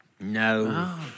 No